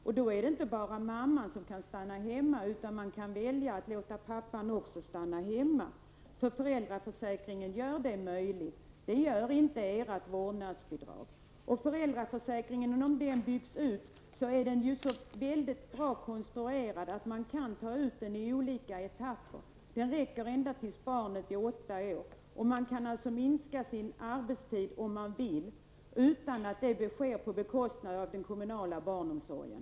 Och då är det inte bara mamman som kan stanna hemma, utan man kan även välja att låta pappan stanna hemma. Föräldraförsäkringen gör nämligen detta möjligt. Det gör inte ert vårdnadsbidrag. Om föräldraförsäkringen byggs ut är den så bra konstruerad att man kan ta ut den i olika etapper. Den får tas ut ända tills barnet fyller åtta år. Och man kan alltså minska sin arbetstid om man vill utan att det sker på beskostnad av den kommunala barnomsorgen.